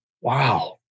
Wow